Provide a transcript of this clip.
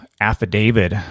affidavit